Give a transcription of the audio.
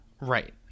Right